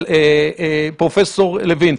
אבל פרופ' לוין,